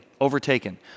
overtaken